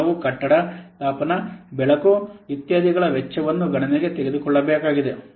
ಇಲ್ಲಿ ನಾವು ಕಟ್ಟಡ ತಾಪನ ಬೆಳಕು ಇತ್ಯಾದಿಗಳ ವೆಚ್ಚವನ್ನು ಗಣನೆಗೆ ತೆಗೆದುಕೊಳ್ಳಬೇಕಾಗಿದೆ